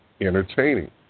entertaining